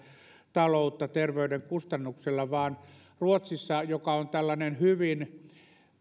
taloutta terveyden kustannuksella vaan ruotsissa joka on hyvin tällainen